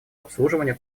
обслуживанию